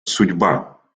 судьба